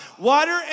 Water